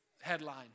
headline